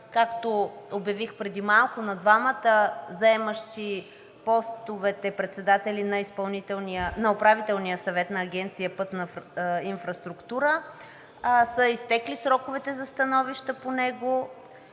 както обявих преди малко, на двамата заемащи постовете председатели на Управителния съвет на Агенция „Пътна инфраструктура“ са изтекли сроковете за становища по него,